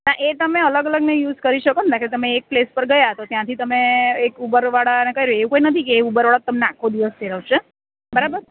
હા એ તમે અલગ અલગ નહીં યુઝ કરી શકો ના કે તમે એક પ્લેસ પર ગયા ત્યાંથી તમે એક ઉબરવાળા ને કરે એવુ કઈ નથી કે ઉબરવાળો તમને આખો દિવસ ફેરવશે બરાબર